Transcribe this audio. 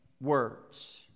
words